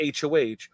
HOH